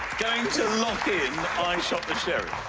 going to lock in i shot the sheriff?